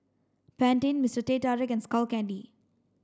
Pantene Mister Teh Tarik and Skull Candy